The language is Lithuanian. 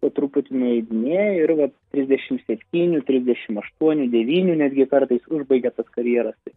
po truputį nueidinėja ir vat trisdešimt septynių trisdešimt aštuonių devynių netgi kartais užbaigia karjeras tai